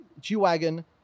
G-Wagon